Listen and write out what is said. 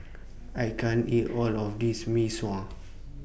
I can't eat All of This Mee Sua